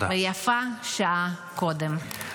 ויפה שעה אחת קודם.